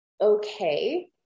okay